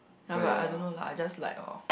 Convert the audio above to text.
ya but I don't know lah I just like oh